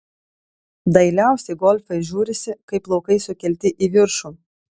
dailiausiai golfai žiūrisi kai plaukai sukelti į viršų